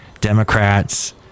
Democrats